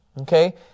okay